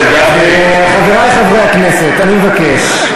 חברי חברי הכנסת, אני מבקש.